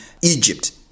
Egypt